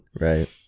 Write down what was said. right